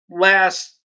Last